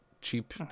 cheap